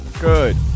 Good